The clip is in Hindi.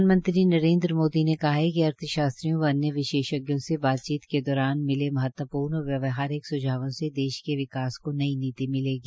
प्रधानमंत्री नरेन्द्र मोदी ने कहा है कि अर्थशास्त्रियों व अन्य विशेषज्ञों से बातचीत के दौरान मिले महत्वपूर्ण और व्यवहारिक सुझावों से देश के विकास की नई नीति मिलेगी